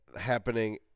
happening